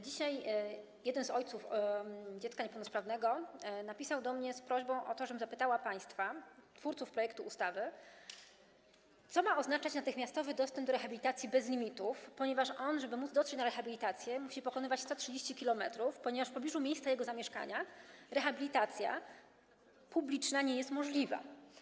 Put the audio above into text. Dzisiaj jeden ojciec dziecka niepełnosprawnego napisał do mnie z prośbą, żebym zapytała państwa, twórców projektu ustawy, co ma oznaczać natychmiastowy dostęp do rehabilitacji bez limitów, ponieważ on, żeby dotrzeć na rehabilitację, musi pokonywać 130 km, gdyż w pobliżu miejsca jego zamieszkania rehabilitacja publiczna nie jest możliwa.